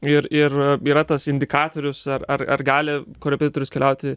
ir ir yra tas indikatorius ar ar ar gali korepetitorius keliauti